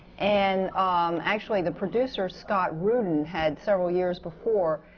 and actually, the producer scott rudin had, several years before,